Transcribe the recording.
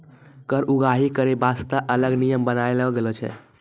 कर उगाही करै बासतें अलग नियम बनालो गेलौ छै